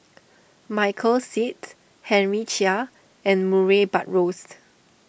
Michael Seet Henry Chia and Murray Buttrose